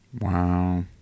Wow